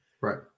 Right